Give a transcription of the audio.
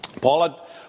Paul